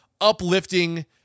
uplifting